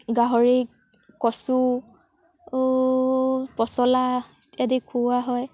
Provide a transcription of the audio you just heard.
গাহৰিক কচু পচলা ইত্যাদি খুওৱা হয়